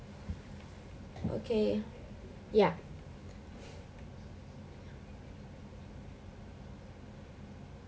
okay ya